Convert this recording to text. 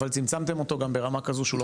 אבל צמצמתם אותו גם ברמה כזו שהוא לא